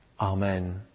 Amen